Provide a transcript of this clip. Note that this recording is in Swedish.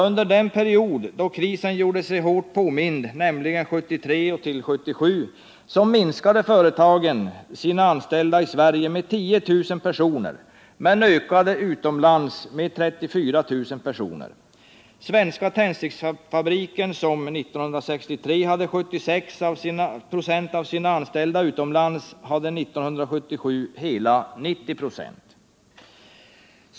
Under den period då krisen gjorde sig hårt påmind, nämligen 1973-1977, minskade företagen antalet anställda i Sverige med 10000 personer men ökade utomlands med 34 000 personer. Svenska Tändsticks AB, som 1963 hade 76 96 av sina anställda utomlands, hade 1977 hela 90 96 utomlands.